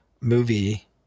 movie